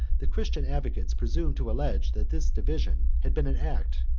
the christian advocates presumed to allege that this division had been an act,